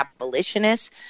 abolitionists